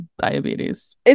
diabetes